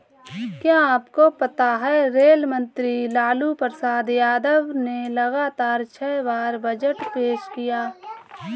क्या आपको पता है रेल मंत्री लालू प्रसाद यादव ने लगातार छह बार बजट पेश किया?